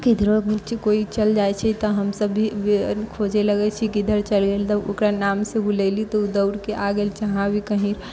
किधरो बीच कोइ चल जाइ छै तऽ हम सभ भी खोजै लगै छी कि किधर चल गेल तऽ ओकरा नाम से बुलेलीह तऽ ओ दौड़के आ गेल जहाँ भी कहीँ